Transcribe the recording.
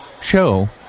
show